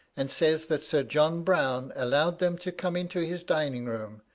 and says that sir john browne allowed them to come into his dining-room,